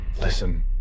Listen